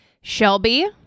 Shelby